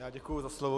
Já děkuji za slovo.